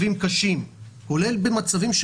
כולל במצבים קשים,